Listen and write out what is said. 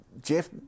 Jeff